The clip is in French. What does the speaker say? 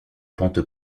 pentes